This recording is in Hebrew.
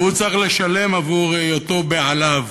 והוא צריך לשלם עבור היותו בעליו.